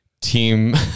team